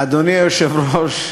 אדוני היושב-ראש,